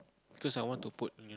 cause I want to put near